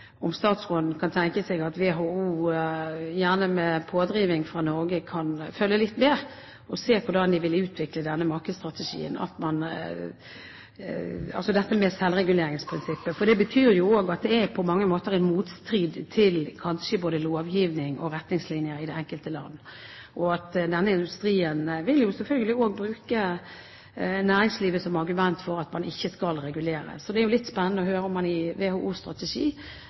se på utviklingen av denne markedsstrategien – altså dette med selvreguleringsprinsippet. Det står jo på mange måter i motstrid til kanskje både lovgivning og retningslinjer i det enkelte land. Denne industrien vil selvfølgelig også bruke næringslivet som argument for at man ikke skal regulere. Så det er litt spennende å høre om man i